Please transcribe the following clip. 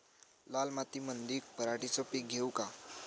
लाल मातीमंदी पराटीचे पीक घेऊ का?